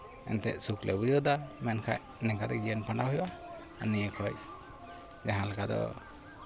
ᱮᱱᱛᱮᱫ ᱥᱩᱠᱷ ᱞᱮ ᱵᱩᱡᱷᱟᱹᱣᱮᱫᱟ ᱢᱮᱱᱠᱷᱟᱡ ᱱᱤᱝᱠᱟᱛᱮ ᱡᱤᱭᱚᱱ ᱠᱷᱟᱸᱰᱟᱣ ᱦᱩᱭᱩᱜᱼᱟ ᱟᱨ ᱱᱤᱭᱟᱹ ᱠᱷᱚᱡ ᱡᱟᱦᱟᱸ ᱞᱮᱠᱟ ᱫᱚ